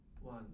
one